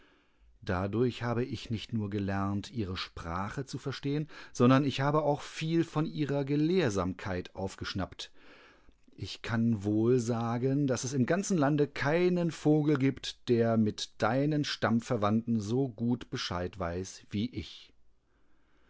dadurch habe ich nicht nur gelernt ihre sprache zu verstehen sondern ich habe auch viel von ihrer gelehrsamkeit aufgeschnappt ich kann wohl sagen daß es im ganzen lande keinen vogel gibt der mit deinen stammverwandten so gut bescheidweißwieich einmalsaßichvielejahrehintereinanderimkäfigbeieinembergmeisterhier infalun